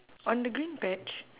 on the green patch